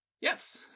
Yes